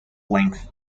length